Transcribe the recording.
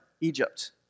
Egypt